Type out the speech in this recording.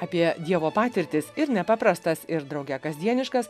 apie dievo patirtis ir nepaprastas ir drauge kasdieniškas